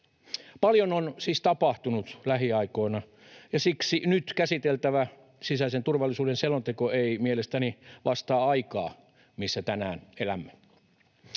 Paljon on siis tapahtunut lähiaikoina, ja siksi nyt käsiteltävä sisäisen turvallisuuden selonteko ei mielestäni vastaa aikaa, missä tänään elämme.